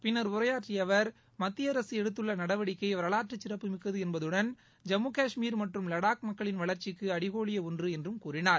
பின்னர் உரையாற்றிய அவர் மத்திய அரசு எடுத்துள்ள நடவடிக்கை வரலாற்று சிறப்புமிக்கது என்பதுடன் ஜம்மு காஷ்மீர் மற்றும் லடாக் மக்களின் வளர்ச்சிக்கு அடிகோலிய ஒன்று என்றும் கூறினார்